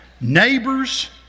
Neighbors